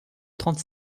trente